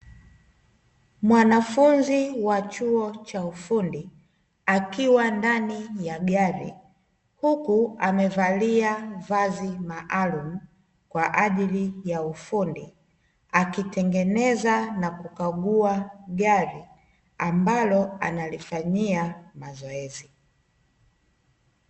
Mwanafunzi wa chuo cha ufundi, akiwa ndani ya gari huku amevalia vazi maalumu, kwa ajili ya ufundi akitengeneza na kukagua gari, ambalo analifanyia mazoezi.